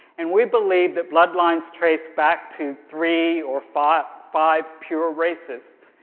and we believe that bloodlines trace back to three or five five pure races.